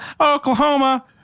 Oklahoma